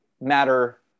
matter